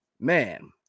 Man